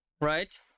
right